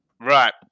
Right